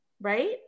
right